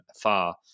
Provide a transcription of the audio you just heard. far